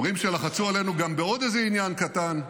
אומרים שלחצו עלינו גם בעוד איזה עניין קטן,